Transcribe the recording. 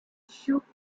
shoots